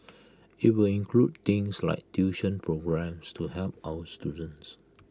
IT will include things like tuition programmes to help our students